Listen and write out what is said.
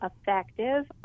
effective